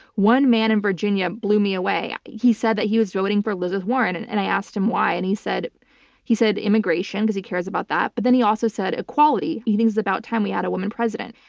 one man in virginia blew me away. he said that he was voting for elizabeth warren and and i asked him why and he said he said immigration, because he cares about that, but then he also said equality. he thinks it's about time we had a woman president.